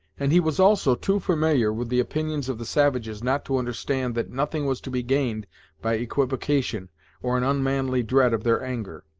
and he was also too familiar with the opinions of the savages not to understand that nothing was to be gained by equivocation or an unmanly dread of their anger.